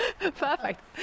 Perfect